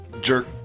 Jerk